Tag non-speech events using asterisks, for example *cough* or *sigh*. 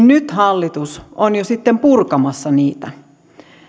*unintelligible* nyt hallitus on jo sitten purkamassa niitä